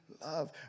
love